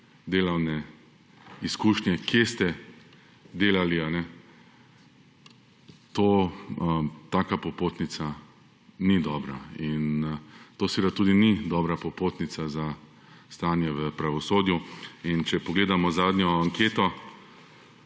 delovne izkušnje, kje ste delali taka popotnica ni dobra in to seveda tudi ni dobra popotnica za stanje v pravosodju. Če pogledamo zadnjo anketo